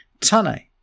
Tane